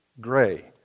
gray